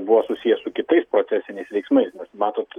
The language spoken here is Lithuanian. buvo susijęs su kitais procesiniais veiksmais nes matot